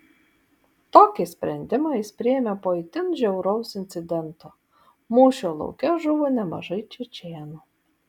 tokį sprendimą jis priėmė po itin žiauraus incidento mūšio lauke žuvo nemažai čečėnų